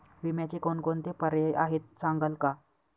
विम्याचे कोणकोणते पर्याय आहेत सांगाल का?